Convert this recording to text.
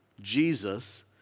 Jesus